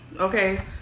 okay